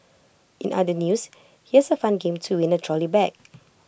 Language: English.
in other news here's A fun game to win A trolley bag